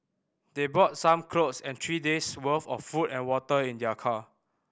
they brought some clothes and three day's worth of food and water in their car